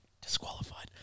disqualified